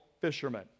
fishermen